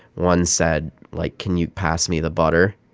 one said, like, can you pass me the butter?